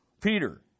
Peter